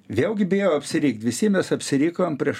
vėlgi bijau apsirikt visi mes apsirikom prieš